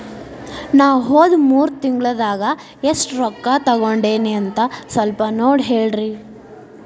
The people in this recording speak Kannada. ನಾ ಹೋದ ಮೂರು ತಿಂಗಳದಾಗ ಎಷ್ಟು ರೊಕ್ಕಾ ತಕ್ಕೊಂಡೇನಿ ಅಂತ ಸಲ್ಪ ನೋಡ ಹೇಳ್ರಿ